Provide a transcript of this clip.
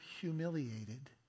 humiliated